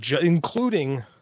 including